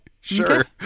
sure